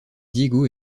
diego